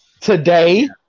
today